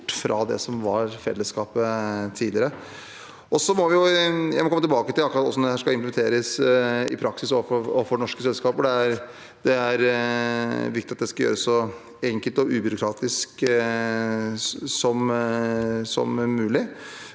fra det som var felles tidligere. Jeg må komme tilbake til akkurat hvordan dette i praksis skal implementeres overfor norske selskaper. Det er viktig at det skal gjøres så enkelt og ubyråkratisk som mulig.